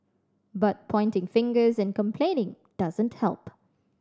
but pointing fingers and complaining doesn't help